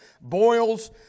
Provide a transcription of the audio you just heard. boils